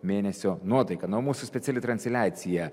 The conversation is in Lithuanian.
mėnesio nuotaika na o mūsų speciali transliacija